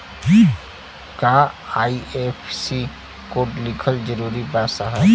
का IFSC code लिखल जरूरी बा साहब?